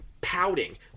pouting